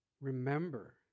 Remember